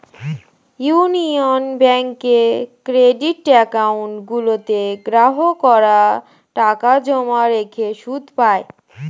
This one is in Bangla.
ইউনিয়ন ব্যাঙ্কের ক্রেডিট অ্যাকাউন্ট গুলোতে গ্রাহকরা টাকা জমা রেখে সুদ পায়